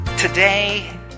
Today